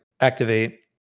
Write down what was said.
activate